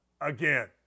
again